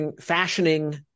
fashioning